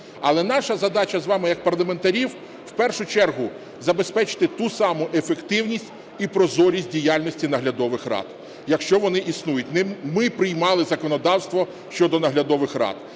Але наша задача з вами як парламентарів – в першу чергу забезпечити ту саму ефективність і прозорість діяльності наглядових рад, якщо вони існують. Не ми приймали законодавство щодо наглядових рад.